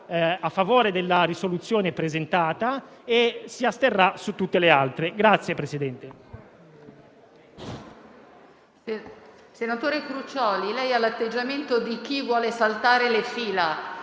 Senatore Crucioli, lei ha l'atteggiamento di chi vuole saltare la fila.